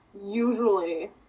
usually